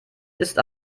ist